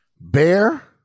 Bear